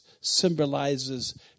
symbolizes